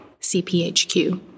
CPHQ